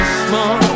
small